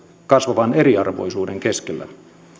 kasvavan eriarvoisuuden keskellä